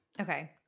Okay